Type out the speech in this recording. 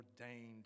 ordained